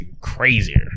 crazier